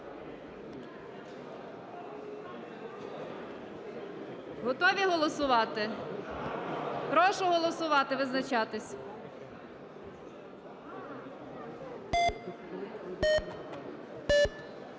Готові голосувати? Прошу голосувати, визначатись.